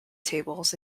tables